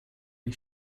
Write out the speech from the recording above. les